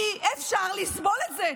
אי-אפשר לסבול את זה.